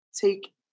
take